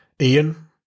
Ian